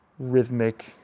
Rhythmic